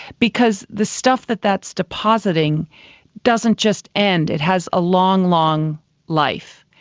because the stuff that that's depositing doesn't just end, it has a long, long life.